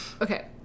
Okay